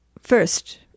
first